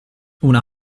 una